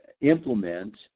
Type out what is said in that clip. implement